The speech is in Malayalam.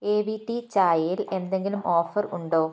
എ വി ടി ചായയിൽ എന്തെങ്കിലും ഓഫർ ഉണ്ടോ